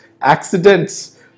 accidents